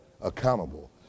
accountable